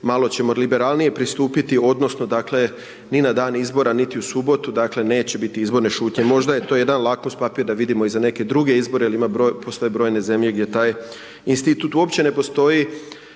malo ćemo liberalnije pristupiti, odnosno, dakle, ni na dan izbora niti u subotu, neće biti izborne šutnje. Možda je to jedan lakus papir, da vidimo i za neke druge izbore, jer postoje broje zemlje, gdje taj institut uopće ne postoji,